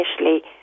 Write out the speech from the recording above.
initially